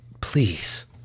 please